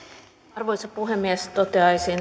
arvoisa puhemies toteaisin